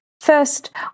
first